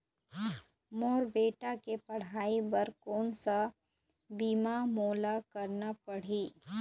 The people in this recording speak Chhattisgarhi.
मोर बेटा के पढ़ई बर कोन सा बीमा मोला करना पढ़ही?